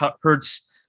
hurts